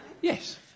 Yes